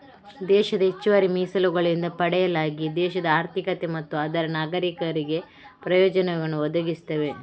ದೇಶದ ಹೆಚ್ಚುವರಿ ಮೀಸಲುಗಳಿಂದ ಪಡೆಯಲಾಗಿ ದೇಶದ ಆರ್ಥಿಕತೆ ಮತ್ತು ಅದರ ನಾಗರೀಕರಿಗೆ ಪ್ರಯೋಜನವನ್ನು ಒದಗಿಸ್ತವೆ